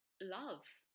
love